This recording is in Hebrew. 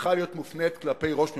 צריכה להיות מופנית כלפי ראש ממשלה,